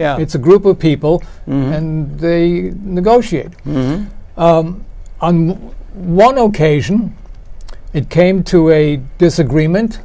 yeah it's a group of people and they negotiate on one occasion it came to a disagreement